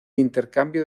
intercambio